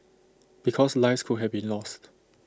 because lives could have been lost